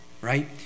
Right